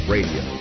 Radio